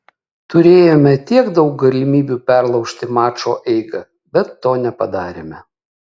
turėjome tiek daug galimybių perlaužti mačo eigą bet to nepadarėme